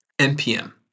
NPM